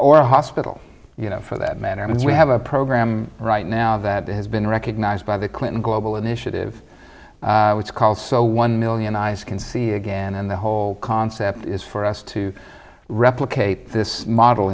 or a hospital you know for that matter because we have a program right now that has been recognized by the clinton global initiative which calls so one million eyes can see again and the whole concept is for us to replicate this model